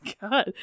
God